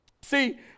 See